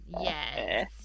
yes